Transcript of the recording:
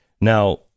Now